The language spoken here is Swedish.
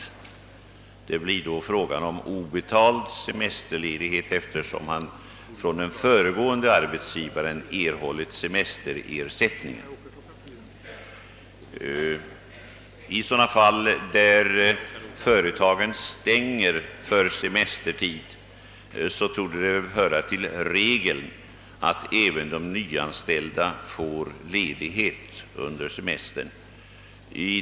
Det blir då fråga om obetald ledighet, eftersom vederbörande av sin föregående arbetsgivare erhållit semesterersättning. I sådana fall där företagen stänger för semester torde som regel även de nyanställda få ledighet för semester samtidigt med övriga anställda.